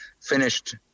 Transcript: finished